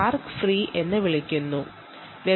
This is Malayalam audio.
ഇതിനെ സ്പാർക്ക് ഫ്രീ എന്ന് വിളിക്കുന്നു ഈ ഒരു